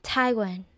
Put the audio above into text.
Taiwan